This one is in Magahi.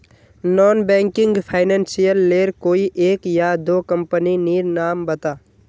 नॉन बैंकिंग फाइनेंशियल लेर कोई एक या दो कंपनी नीर नाम बता?